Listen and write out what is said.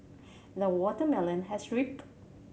the watermelon has ripened